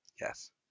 Yes